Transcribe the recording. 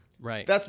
Right